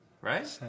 Right